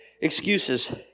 excuses